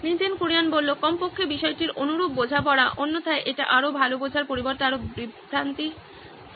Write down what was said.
নীতিন কুরিয়ান কমপক্ষে বিষয়টির অনুরূপ বোঝাপড়া অন্যথায় এটি আরও ভাল বোঝার পরিবর্তে আরও বিভ্রান্তি তৈরি করবে